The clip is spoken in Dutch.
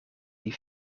die